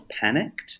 panicked